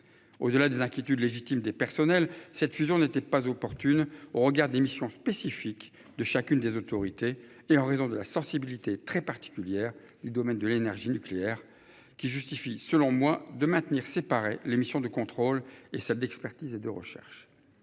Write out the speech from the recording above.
Au-delà des inquiétudes légitimes des personnels, cette fusion n'était pas opportune au regard des missions spécifiques de chacune des autorités et en raison de la sensibilité très particulière du domaine de l'énergie nucléaire qui justifie selon moi de maintenir séparés les missions de contrôle et celle d'expertise et de recherche.